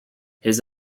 his